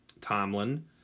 Tomlin